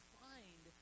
find